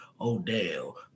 Odell